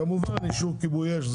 כמובן גם אישור כיבוי אש.